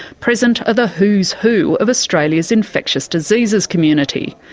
present are the who's who of australia's infectious diseases community.